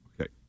Okay